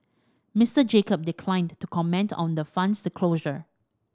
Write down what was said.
Mister Jacob declined to comment on the fund's closure